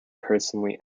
personally